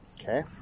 Okay